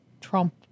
Trump